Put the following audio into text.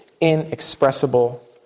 inexpressible